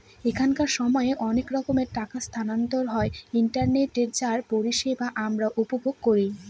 এখনকার সময় অনেক রকমের টাকা স্থানান্তর হয় ইন্টারনেটে যার পরিষেবা আমরা উপভোগ করি